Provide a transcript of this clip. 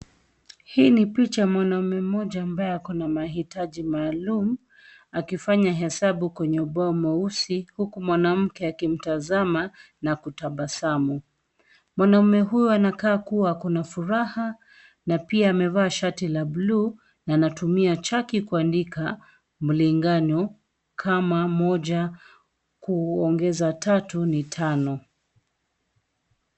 Hii ni picha ya mwanaume mmoja ambaye ako na mahitaji maalum akifanya hesabu kwenye ubao mweusi, huku mwanamke akimtazama na kutabasamu ,mwanaume huyu anakaa kuwa ako na furaha na pia amevaa shati la bluu anatumia chaki kuandika mlengano kama moja kuongeza tatu ni tano